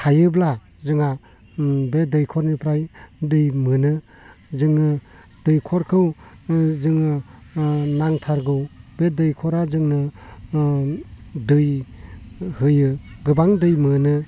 थायोब्ला जोंहा बे दैखरनिफ्राय दै मोनो जोङो दैखरखौ जोङो नांथारगौ बे दैखरा जोंनो दै होयो गोबां दै मोनो